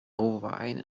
wine